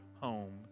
home